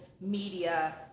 media